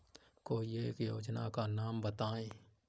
कोई एक योजना का नाम बताएँ?